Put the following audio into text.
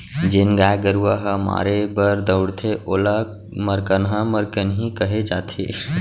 जेन गाय गरूवा ह मारे बर दउड़थे ओला मरकनहा मरकनही कहे जाथे